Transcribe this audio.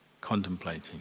contemplating